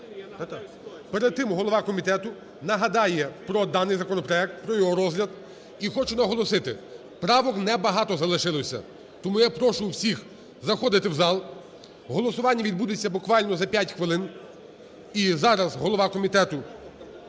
перед тим голова комітету нагадає про даний законопроект, про його розгляд. І хочу наголосити, правок не багато залишилося, тому я прошу всіх заходити в зал, голосування відбудеться буквально за 5 хвилин. І зараз голова Комітету